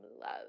love